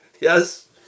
Yes